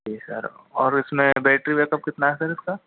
जी sir और इसमें battery backup कितना है सर इसका